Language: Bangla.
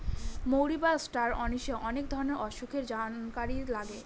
মৌরি বা ষ্টার অনিশে অনেক ধরনের অসুখের জানকারি লাগে